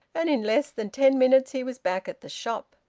and in less than ten minutes he was back at the shop.